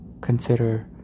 consider